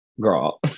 girl